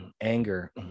anger